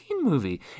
movie